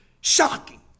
shocking